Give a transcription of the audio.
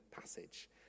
passage